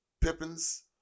Pippins